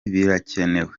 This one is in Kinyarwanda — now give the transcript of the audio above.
birakenewe